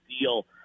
deal